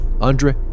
Andre